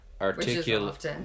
Articulate